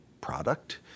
product